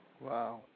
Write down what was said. Wow